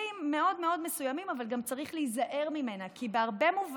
מאוד מאוד מסוימים אבל גם צריך להיזהר ממנה,